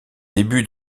débuts